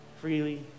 freely